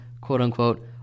quote-unquote